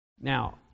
Now